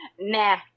Nah